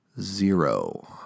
zero